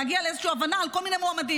להגיע לאיזו הבנה על כל מיני מועמדים.